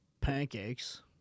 Pancakes